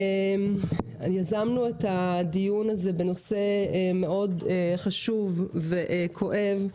יזמנו את הדיון הזה בנושא מאוד חשוב וכואב.